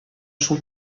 шул